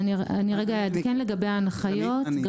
אני אעדכן לגבי ההנחיות.